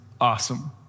awesome